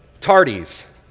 tardies